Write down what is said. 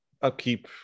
Upkeep